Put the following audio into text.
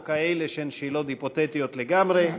או כאלה שהן שאלות היפותטיות לגמרי.